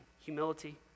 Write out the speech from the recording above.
Humility